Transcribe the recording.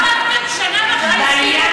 לא הספקתם שנה וחצי.